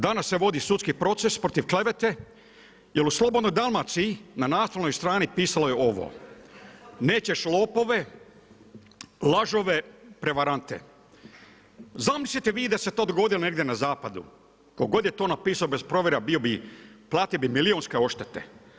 Danas se vodi sudski proces protiv klevete, jer u Slobodnoj Dalmaciji, na naslovnoj strani pisalo je ovo „Nećeš lopove, lažove, prevratne.“ Zamislite vi da se to dogodi negdje na zapadu, tko god je to napisao bez provjera, platio bi milijunske odštete.